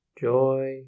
joy